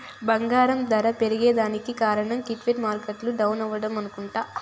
బంగారం దర పెరగేదానికి కారనం ఈక్విటీ మార్కెట్లు డౌనవ్వడమే అనుకుంట